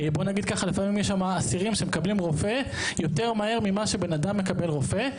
לפעמים יש שם אסירים שמקבלים רופא יותר מהר ממה שבן אדם מקבל רופא,